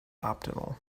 optimal